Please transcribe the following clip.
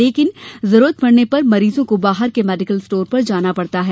लेकिन जरूरत पड़ने पर मरीजों को बाहर के मेडिकल स्टोर पर जाना पड़ता है